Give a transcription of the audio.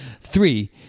Three